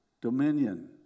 Dominion